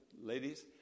ladies